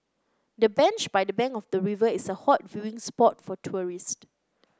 the bench by the bank of the river is a hot viewing spot for tourists